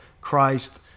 Christ